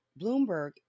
bloomberg